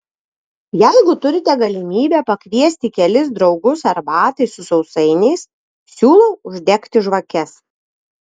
jeigu turite galimybę pakviesti kelis draugus arbatai su sausainiais siūlau uždegti žvakes